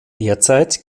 derzeit